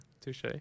Touche